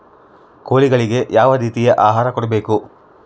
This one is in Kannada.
ಕೋಳಿಗಳಿಗೆ ಯಾವ ರೇತಿಯ ಆಹಾರ ಕೊಡಬೇಕು?